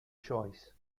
choice